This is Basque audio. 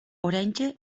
oraintxe